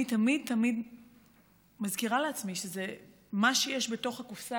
אני תמיד תמיד מזכירה לעצמי שמה שיש בתוך הקופסה